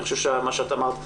אני חושב שמה שאת אמרת,